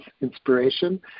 inspiration